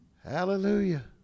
Hallelujah